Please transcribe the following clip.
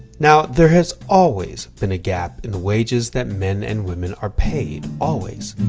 now, there has always been a gap in the wages that men and women are paid. always.